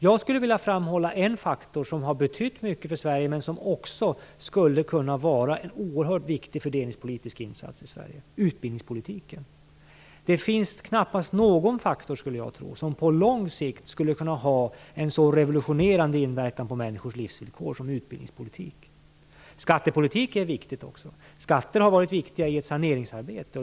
Jag skulle vilja framhålla en faktor som har betytt mycket för Sverige men som också skulle kunna vara en oerhört viktig fördelningspolitisk insats i Sverige: utbildningspolitiken. Det finns knappast någon faktor, skulle jag tro, som på lång sikt skulle kunna ha en så revolutionerande inverkan på människors livsvillkor som utbildningspolitik. Skattepolitik är viktigt också. Skatter har varit viktiga i ett saneringsarbete.